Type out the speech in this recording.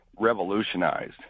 revolutionized